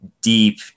deep